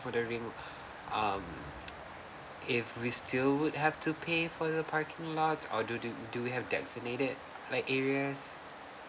just wondering um if we still would have to pay for the parking lot or do do do we have designated like area